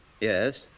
Yes